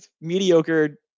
mediocre